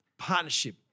partnership